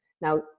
Now